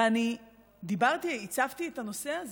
ואני דיברתי, הצפתי את הנושא הזה,